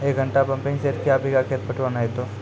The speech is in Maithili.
एक घंटा पंपिंग सेट क्या बीघा खेत पटवन है तो?